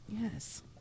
Yes